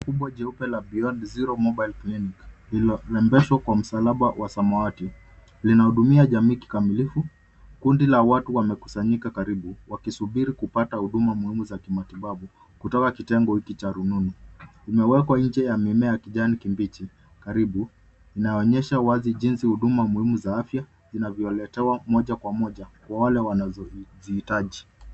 Kubwa jeupe la Beyond Zero Mobile Clinic lililorembeshwa kwa msalaba wa samawati linahudumia jamii kikamilifu. Kundi la watu wamekusanyika karibu wakisubiri kupata huduma muhimu za kimatibabu kutoka kitengo hiki cha rununu. Umewekwa nje ya mimea ya kijani kibichi karibu inaonyesha wazi jinsi huduma muhimu za afya zinavyoletewa moja kwa moja kwa wale wanazozihitaji.